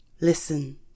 listen